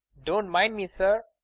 don't mind me, sir.